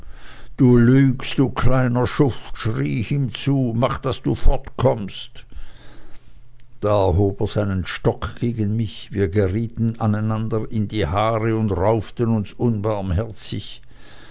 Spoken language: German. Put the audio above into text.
du lügst du kleiner schuft schrie ich ihm zu mach daß du fortkommst da erhob er seinen stock gegen mich wir gerieten einander in die haare und rauften uns unbarmherzig